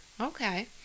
Okay